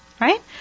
right